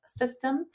system